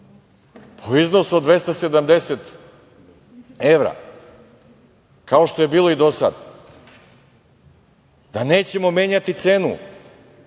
u iznosu od 270 evra, kao što je bilo i do sada, da nećemo menjati cenu